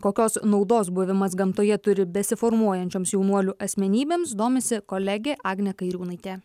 kokios naudos buvimas gamtoje turi besiformuojančioms jaunuolių asmenybėms domisi kolegė agnė kairiūnaitė